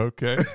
Okay